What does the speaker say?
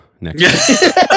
next